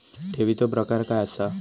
ठेवीचो प्रकार काय असा?